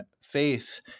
faith